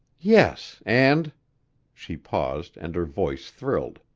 yes, and she paused and her voice thrilled.